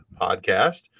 podcast